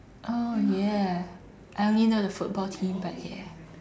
oh ya I only know the football team but ya